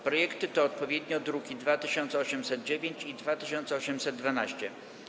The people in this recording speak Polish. Projekty to odpowiednio druki nr 2809 i 2812.